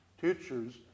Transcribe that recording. teachers